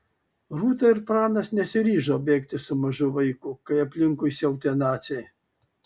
rūta ir pranas nesiryžo bėgti su mažu vaiku kai aplinkui siautė naciai